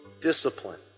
discipline